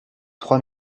trois